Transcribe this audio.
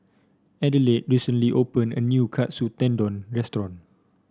Adelaide recently opened a new Katsu Tendon Restaurant